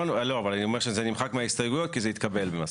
לא, אני אומר שזה נמחק מההסתייגויות, כי זה התקבל.